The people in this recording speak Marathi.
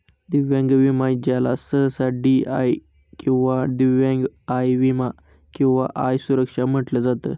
दिव्यांग विमा ज्याला सहसा डी.आय किंवा दिव्यांग आय विमा किंवा आय सुरक्षा म्हटलं जात